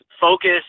focus